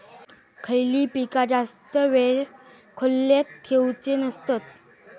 खयली पीका जास्त वेळ खोल्येत ठेवूचे नसतत?